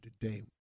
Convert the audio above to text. today